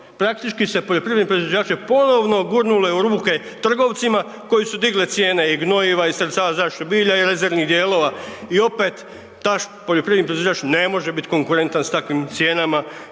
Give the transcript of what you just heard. praktički se poljoprivredne proizvođače ponovo gurnulo u ruke trgovcima koji su dignuli cijene i gnojiva i sredstava za zaštitu bilja i rezervnih dijelova i opet taj poljoprivredni proizvođač ne može biti konkretan s takvim cijenama